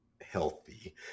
healthy